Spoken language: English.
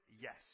yes